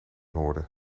noorden